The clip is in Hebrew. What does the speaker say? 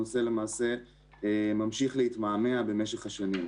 למעשה, הנושא ממשיך להתמהמה במשך השנים.